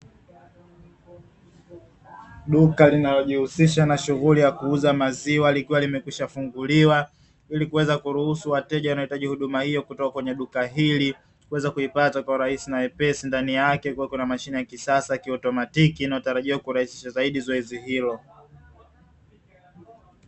Duka linalojihusisha na shughuli ya kuuza maziwa likiwa limekwisha funguliwa ilikuweza kuruhusu wateja wanao hitaji huduma hiyo kutoka kwenye duka hili kuweza kupata kwa urahisi na wepesi. Ndani yake kukiwa na mashine ya kisasa ya kiotomatiki inayotarajiwa kurahisisha zaidi zoezi hilo.